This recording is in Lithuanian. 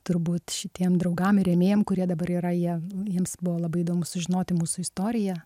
turbūt šitiem draugam ir rėmėjam kurie dabar yra jie jiems buvo labai įdomu sužinoti mūsų istoriją